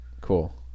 Cool